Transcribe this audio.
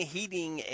Heating